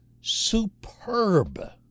superb